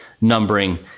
numbering